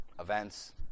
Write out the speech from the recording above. Events